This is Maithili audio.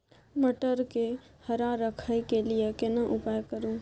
मटर के हरा रखय के लिए केना उपाय करू?